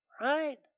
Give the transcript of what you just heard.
Right